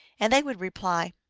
and they would reply,